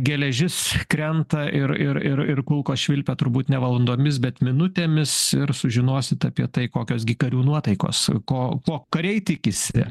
geležis krenta ir ir ir ir kulkos švilpia turbūt ne valandomis bet minutėmis ir sužinosit apie tai kokios gi karių nuotaikos ko ko kariai tikisi